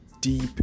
deep